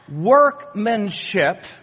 workmanship